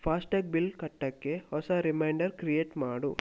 fast tag bill ಕಟ್ಟೋಕ್ಕೆ ಹೊಸ reminder create ಮಾಡು